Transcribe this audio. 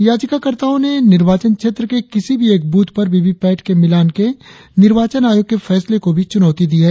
याचिका कर्ताओं ने निर्वाचन क्षेत्र के किसी भी एक ब्रथ पर वीवीपैट के मिलान के निर्वाचन आयोग के फैसले को भी चुनौती दी है